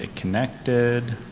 ah connected.